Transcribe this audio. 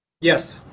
Yes